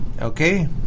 Okay